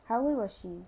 how old was she